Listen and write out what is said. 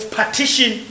partition